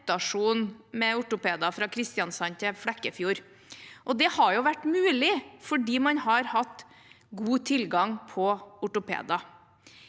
med ortopeder fra Kristiansand til Flekkefjord. Det har vært mulig fordi man har hatt god tilgang på ortopeder.